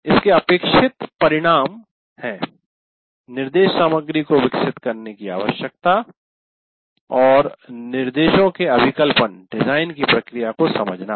इसके अपेक्षित परिणाम है निर्देश सामग्री को विकसित करने की आवश्यकता और निर्देशों के अभिकल्पन डिजाइन की प्रक्रिया को समझना